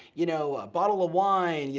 y'know, a bottle of wine, yeah